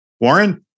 Warren